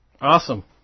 Awesome